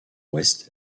ouest